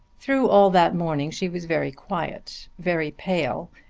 through all that morning she was very quiet, very pale,